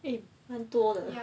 eh 蛮多的